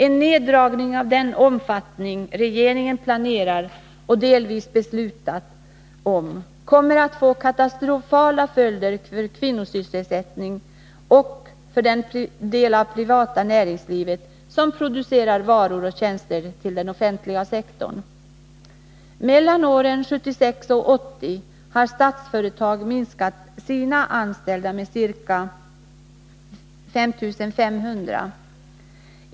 En neddragning av den omfattning regeringen planerar och delvis beslutat om kommer att få katastrofala följder för kvinnosysselsättningen och för den del av det privata näringslivet som producerar varor och tjänster till den offentliga sektorn. Mellan åren 1976 och 1980 har Statsföretag minskat antalet anställda med ca 5 500.